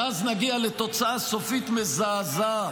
ואז נגיע לתוצאה סופית מזעזעת,